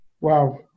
Wow